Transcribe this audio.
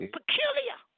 Peculiar